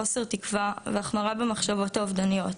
חוסר תקווה והחמרה במחשבות האובדניות,